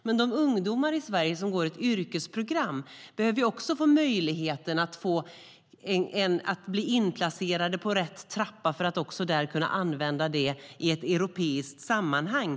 Men de ungdomar i Sverige som går ett yrkesprogram behöver också få möjligheten att bli inplacerade på rätt steg i trappan för att kunna använda det i ett europeiskt sammanhang.